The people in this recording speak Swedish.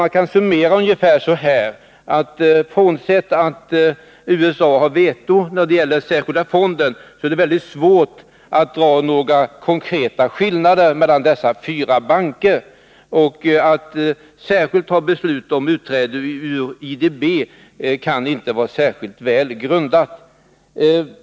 Man kan summera ungefär så här: Frånsett att USA har veto när det gäller den särskilda fonden är det väldigt svårt att dra några konkreta gränslinjer mellan de olika bankerna. Beslut om utträde ur IDB skulle inte vara särskilt välgrundat.